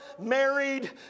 married